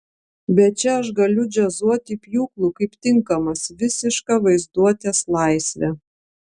bet čia aš galiu džiazuoti pjūklu kaip tinkamas visiška vaizduotės laisvė